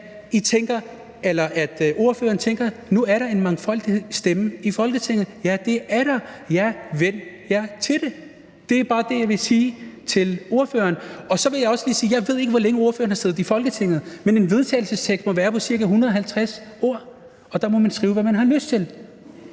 at ordføreren tænker, at nu er der en mangfoldighedens stemme i Folketinget. Ja, det er der. Ja, væn jer til det! Det er bare det, jeg vil sige til ordføreren. Og så vil jeg også lige sige, at jeg ikke ved, hvor længe ordføreren har siddet i Folketinget, men et forslag til vedtagelse må være på maks. 150 ord, og der må man skrive, hvad man har lyst til.